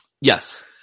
Yes